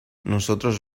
nosotros